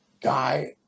guy